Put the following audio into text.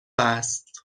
است